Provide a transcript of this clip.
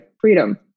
freedom